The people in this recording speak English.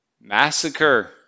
massacre